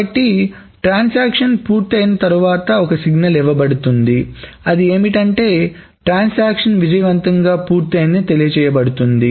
కాబట్టి ట్రాన్సాక్షన్ పూర్తయిన తర్వాత ఒక సిగ్నల్ ఇవ్వబడుతుంది అది ఏమిటంటే ట్రాన్సాక్షన్ విజయవంతంగా పూర్తయిందని తెలియజేయబడుతుంది